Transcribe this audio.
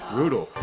Brutal